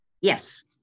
Yes